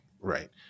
Right